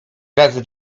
razy